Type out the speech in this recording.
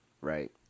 right